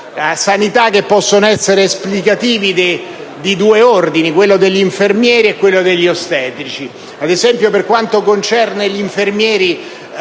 sanità che possono essere esplicativi di due ordini, quello degli infermieri e quello degli ostetrici. Ad esempio, per quanto concerne gli infermieri,